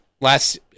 last